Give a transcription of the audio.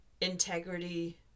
integrity